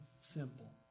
simple